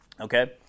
Okay